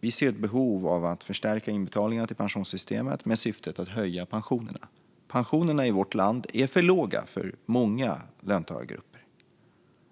Vi ser ett behov av att förstärka inbetalningarna till pensionssystemet med syftet att höja pensionerna. Pensionerna i vårt land är för låga för många löntagargrupper.